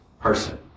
person